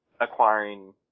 acquiring